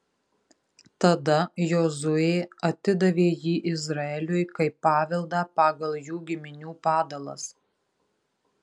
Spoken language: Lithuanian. tada jozuė atidavė jį izraeliui kaip paveldą pagal jų giminių padalas